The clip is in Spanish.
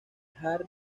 hard